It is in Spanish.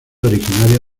originaria